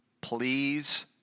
Please